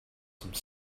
some